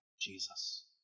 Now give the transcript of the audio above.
Jesus